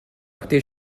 coûté